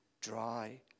dry